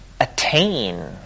attain